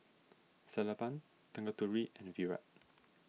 Sellapan Tanguturi and Virat